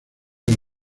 del